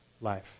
life